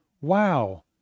Wow